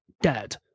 dead